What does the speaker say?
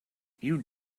you